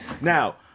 Now